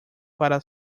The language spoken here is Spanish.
para